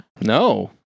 no